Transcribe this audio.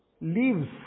leaves